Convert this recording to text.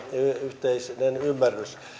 yhteinen ymmärrys